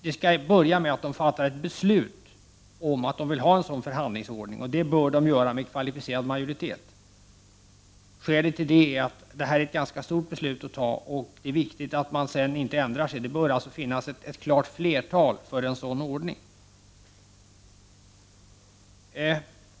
De bör inleda med att fatta ett beslut om att de vill ha en sådan förhandlingsordning, och beslutet skall då fattas med en kvalificerad majoritet. Skälet till detta är att det är fråga om ett ganska stort beslut, och det är viktigt att man sedan inte ändrar sig. Det bör alltså finnas ett klart flertal för en sådan ordning.